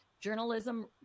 Journalism